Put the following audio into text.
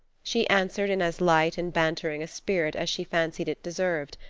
she answered in as light and bantering a spirit as she fancied it deserved,